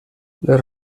les